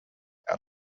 out